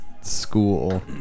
school